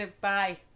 Bye